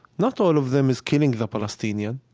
not all of them is killing the palestinian.